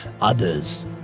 Others